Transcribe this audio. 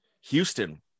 Houston